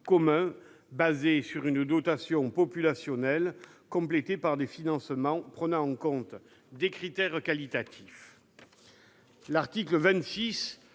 commun reposant sur une dotation populationnelle complétée par des financements prenant en compte des critères qualitatifs. L'article 26